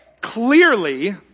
clearly